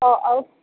অঁ আৰু